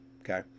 okay